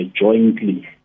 jointly